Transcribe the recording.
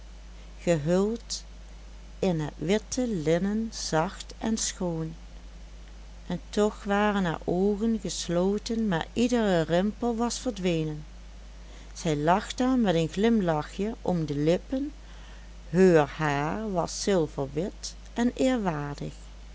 gehuld in het witte linnen zacht en schoon en toch waren haar oogen gesloten maar iedere rimpel was verdwenen zij lag daar met een glimlachje om de lippen heur haar was zilverwit en eerwaardig